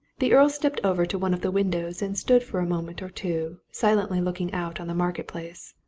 the earl stepped over to one of the windows, and stood for a moment or two silently looking out on the market-place.